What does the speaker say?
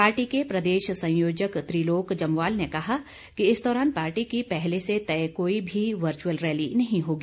party के प्रदेश संयोजक त्रिलोक जमवाल ने कहा कि इस दौरान पार्टी की पहले से तय कोई भी वर्चुअल रैली नहीं होगी